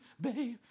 babe